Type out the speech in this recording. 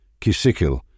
kisikil